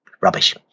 rubbish